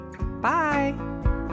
Bye